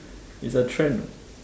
its a trend